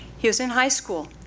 he was in high school.